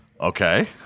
Okay